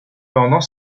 pendant